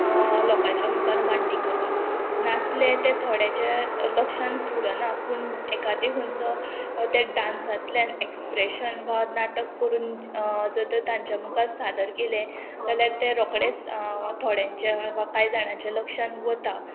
लोकाच्या मुखार मांडणी करता नाचले ते थोड्यांचे लक्षान उरना पूण एकादे खंयचो त्या डांसातल्यान एक्सप्रेशन वा नाटक करून जर तर तांच्या मुखार सादर केलें जाल्यार तें रोकडेच थोड्यांच्या वा कांय जाणांच्या लक्षांत वता